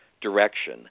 direction